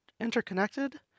interconnected